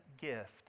gift